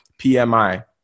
PMI